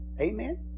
Amen